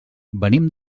venim